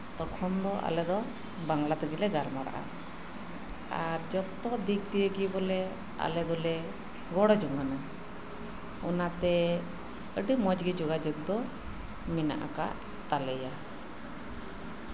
ᱛᱚᱠᱷᱚᱱ ᱫᱚ ᱟᱞᱮ ᱫᱚ ᱵᱟᱝᱞᱟ ᱛᱮᱜᱮ ᱞᱮ ᱜᱟᱞᱢᱟᱨᱟᱜᱼᱟ ᱟᱨ ᱡᱚᱛᱚ ᱫᱤᱠ ᱫᱤᱭᱮ ᱜᱮ ᱵᱚᱞᱮ ᱟᱞᱮ ᱫᱚᱞᱮ ᱨᱚᱲ ᱡᱚᱝᱟ ᱚᱱᱟᱛᱮ ᱟᱹᱰᱤ ᱢᱚᱸᱡᱽ ᱫᱚ ᱡᱳᱜᱟᱡᱳᱜ ᱫᱚ ᱢᱮᱱᱟᱜ ᱟᱠᱟᱫ ᱛᱟᱞᱮᱭᱟ